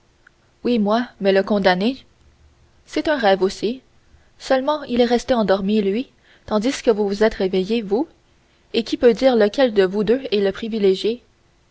oui moi mais le condamné c'est un rêve aussi seulement il est resté endormi lui tandis que vous vous êtes réveillé vous et qui peut dire lequel de vous deux est le privilégié